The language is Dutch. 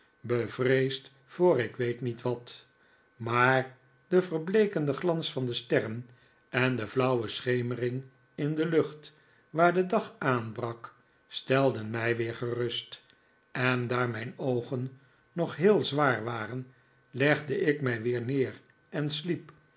bevreesd voor ik weet niet wat maar de verbleekende glans van de sterren en de flauwe schemering in de lucht waar de dag aanbrak stelden mij weer gerust en daar mijn oogen nog heel zwaar waren legde ik mij weer neer en sliep